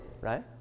right